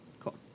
cool